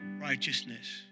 righteousness